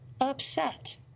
upset